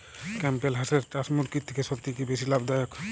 Campbell হাঁসের চাষ মুরগির থেকে সত্যিই কি বেশি লাভ দায়ক?